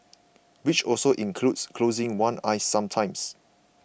which also includes closing one eye sometimes